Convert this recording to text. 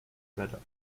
better